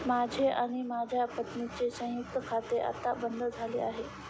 माझे आणि माझ्या पत्नीचे संयुक्त खाते आता बंद झाले आहे